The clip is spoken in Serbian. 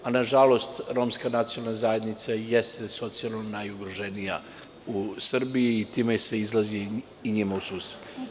Nažalost, romska nacionalna zajednica jeste socijalno najugroženija u Srbiji i time se izlazi i njima u susret.